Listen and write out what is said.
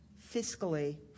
fiscally